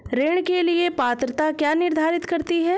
ऋण के लिए पात्रता क्या निर्धारित करती है?